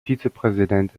vizepräsident